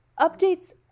updates